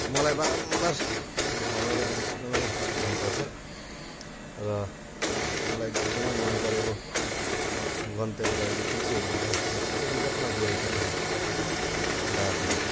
मलाई बारम्बार भ्रमणमा जानु एकदमै मन पर्छ र मलाई एकदमै मन परेको गन्तव्य अहिले कुन चाहिँ भन्दा अस्ति भर्खर विगतमा गएको ठाउँ हो दार्जिलिङ